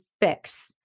fix